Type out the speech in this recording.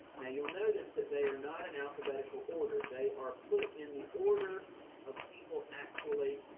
now you'll notice that they are not in alphabetical order. they are put in the order of people actually,